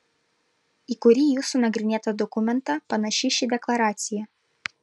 į kurį jūsų nagrinėtą dokumentą panaši ši deklaracija